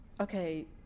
okay